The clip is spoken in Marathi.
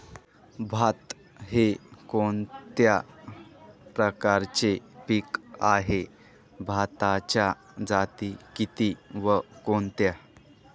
भात हे कोणत्या प्रकारचे पीक आहे? भाताच्या जाती किती व कोणत्या?